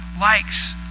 likes